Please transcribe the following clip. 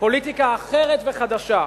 פוליטיקה אחרת וחדשה.